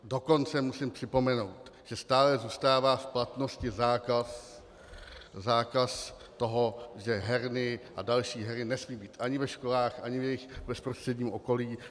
Dokonce musím připomenout, že stále zůstává v platnosti zákaz toho, že herny a další hry nesmí být ani ve školách ani v jejich bezprostředním okolí.